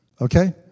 Okay